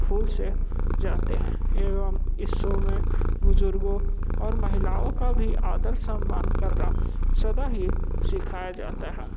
भूल से जाते हैं एवं इस शो में बुजुर्गों और महिलाओं का भी आदर सम्मान करना सदा ही सिखाया जाता है